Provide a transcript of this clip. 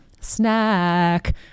Snack